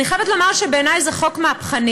אני חייבת לומר שבעיני זה חוק מהפכני.